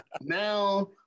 now